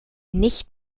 nicht